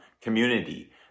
community